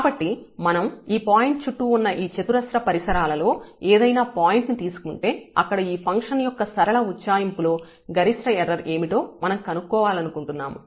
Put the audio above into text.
కాబట్టి మనం ఈ పాయింట్ చుట్టూ ఉన్న ఈ చతురస్ర పరిసరాలలో ఏదైనా పాయింట్ ను తీసుకుంటే అక్కడ ఈ ఫంక్షన్ యొక్క సరళ ఉజ్జాయింపు లో గరిష్ట ఎర్రర్ ఏమిటో మనం కనుక్కోవాలనుకుంటున్నాము